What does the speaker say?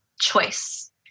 choice